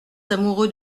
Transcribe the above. amoureux